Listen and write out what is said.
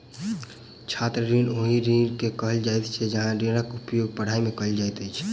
छात्र ऋण ओहि ऋण के कहल जाइत छै जाहि ऋणक उपयोग पढ़ाइ मे कयल जाइत अछि